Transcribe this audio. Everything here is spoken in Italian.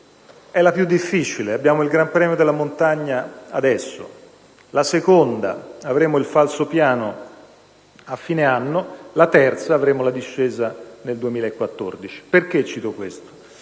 è la più difficile: abbiamo il gran premio della montagna, adesso. La seconda fase: avremo il falsopiano a fine anno. La terza fase: avremo la discesa nel 2014. Perché cito questo?